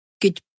good